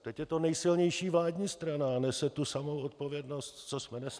Teď je to nejsilnější vládní strana a nese tu samou odpovědnost, co jsme nesli my.